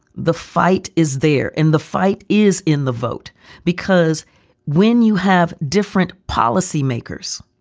the fight is there in the fight is in the vote because when you have different policy makers.